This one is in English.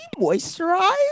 moisturize